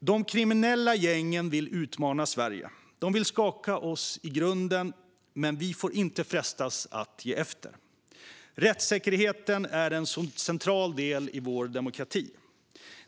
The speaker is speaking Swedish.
De kriminella gängen vill utmana Sverige. De vill skaka oss i grunden, men vi får inte frestas att ge efter. Rättssäkerheten är en central del i vår demokrati.